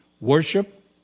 Worship